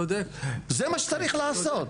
זה מה שצריך לעשות.